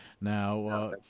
Now